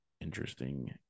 interesting